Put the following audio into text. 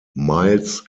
miles